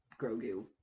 Grogu